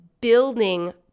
building